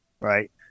right